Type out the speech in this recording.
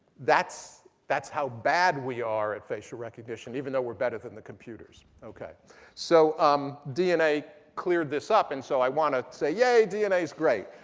that's that's how bad we are at facial recognition, even though we're better than the computers. so um dna cleared this up. and so i want to say, yay, dna is great.